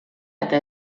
eta